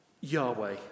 Yahweh